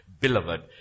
Beloved